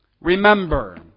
Remember